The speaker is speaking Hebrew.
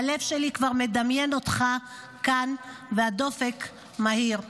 והלב שלי כבר מדמיין אותך כאן והדופק מהיר.